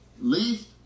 Least